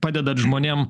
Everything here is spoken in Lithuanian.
padedat žmonėm